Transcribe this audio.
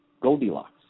Goldilocks